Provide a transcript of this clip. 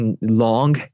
long